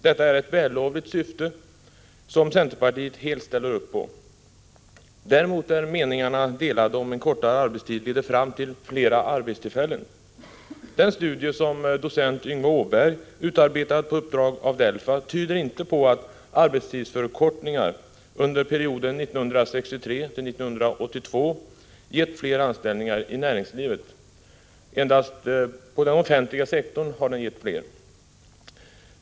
Detta är ett vällovligt syfte, som centerpartiet helt ställer sig bakom. Däremot är meningarna delade om huruvida en kortare arbetstid leder till fler arbetstillfällen. Den studie som docent Yngve Åberg utarbetat på uppdrag av DELFA tyder inte på att arbetstidsförkortningarna under perioden 1963-1982 gett fler anställningar i näringslivet. Det är endast på den offentliga sektorn som de har medfört en ökning av antalet sysselsatta.